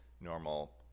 normal